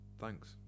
Thanks